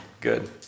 Good